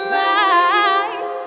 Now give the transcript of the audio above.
rise